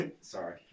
Sorry